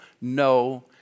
no